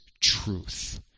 truth